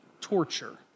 torture